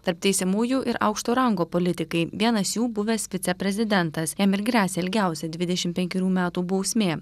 tarp teisiamųjų ir aukšto rango politikai vienas jų buvęs viceprezidentas jam ir gresia ilgiausia dvidešimt penkerių metų bausmė